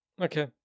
Okay